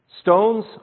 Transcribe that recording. Stones